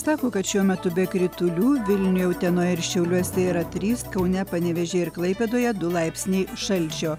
sako kad šiuo metu be kritulių vilniuj utenoje ir šiauliuose yra trys kaune panevėžy ir klaipėdoje du laipsniai šalčio